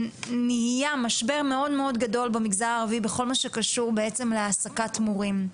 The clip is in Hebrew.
נעשה משבר מאוד גדול במגזר הערבי בכל מה שקשור בעצם להעסקת מורים.